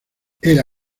era